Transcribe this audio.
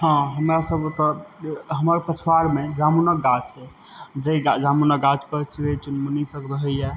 हँ हमरा सब ओतऽ हमर पछुआरमे जामुनक गाछ छै जाहि जामुनक गाछ पर चिड़ै चुनमुनी सब रहैया